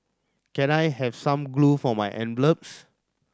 can I have some glue for my envelopes